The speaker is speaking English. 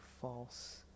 false